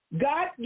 God